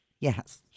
Yes